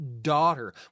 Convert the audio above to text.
daughter